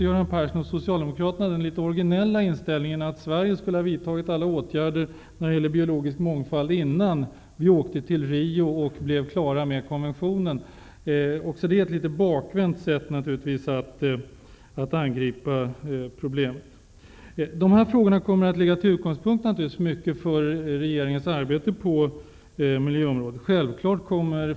Göran Persson och Socialdemokraterna hade den något orginella inställningen att Sverige redan skulle ha vidtagit alla åtgärder när det gäller biologisk mångfald redan innan vi åkte till Rio och blev klara med konventionen. Det är ett litet bakvänt sätt att angripa problemet. Dessa frågor kommer att vara en utgångspunkt för regeringens arbete på miljöområdet.